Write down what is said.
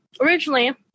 originally